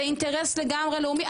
זה אינטר לגמרי לאומי.